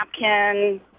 napkin